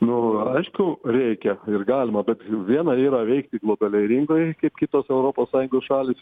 nu aišku reikia ir galima bet viena yra veikti globalioj rinkoj kaip kitos europos sąjungos šalys